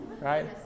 Right